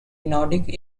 nordic